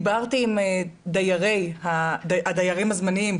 דיברתי עם הדיירים הזמניים,